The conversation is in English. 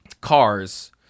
cars